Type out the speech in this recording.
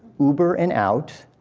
uber and out.